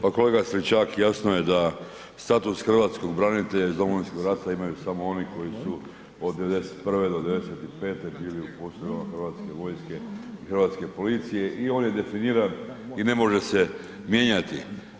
Pa kolega Stričak, jasno je da status hrvatskog branitelja iz Domovinskog rata imaju samo oni koji su od '91.-'95. bili u postrojbama Hrvatske vojske i hrvatske policije i on je definiran i ne može se mijenjati.